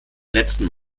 letzten